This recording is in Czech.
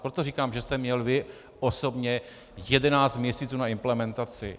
Proto říkám, že jste měl vy osobně jedenáct měsíců na implementaci.